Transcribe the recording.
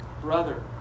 brother